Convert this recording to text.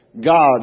God